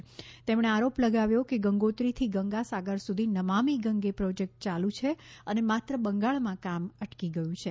શ્રી શાહે આરોપ લગાવ્યો કે ગંગોત્રી થી ગંગા સાગર સુધી નમામી ગંગે પ્રોજેક્ટનું યાલુ છે અને માત્ર બંગાળમાં કામ અટકી ગયું છે